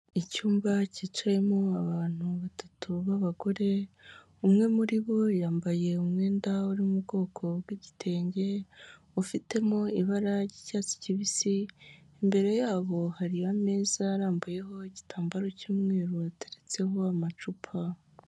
Icyumba cyicayemo abantu batatu b'abagore, umwe muri bo yambaye umwenda uri mu bwoko bw'igitenge, ufitemo ibara ry'icyatsi kibisi imbere, yabo hari ameza arambuyeho igitambaro cy'umweru, watetseho amacupa.